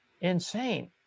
Insane